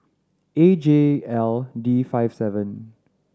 A J L D five seven